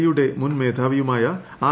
I യുടെ മുൻ മേധാവിയുമായ ആർ